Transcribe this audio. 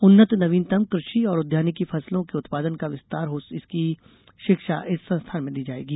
उन्नत नवीनतम कृषि और उद्यानिकी फसलों के उत्पादन का विस्तार हो इसकी शिक्षा इस संस्थान में दी जाएगी